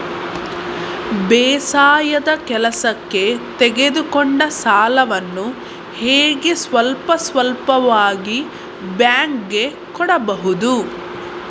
ಬೇಸಾಯದ ಕೆಲಸಕ್ಕೆ ತೆಗೆದುಕೊಂಡ ಸಾಲವನ್ನು ಹೇಗೆ ಸ್ವಲ್ಪ ಸ್ವಲ್ಪವಾಗಿ ಬ್ಯಾಂಕ್ ಗೆ ಕೊಡಬಹುದು?